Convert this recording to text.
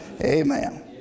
Amen